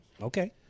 Okay